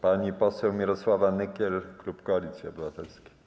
Pani poseł Mirosława Nykiel, klub Koalicji Obywatelskiej.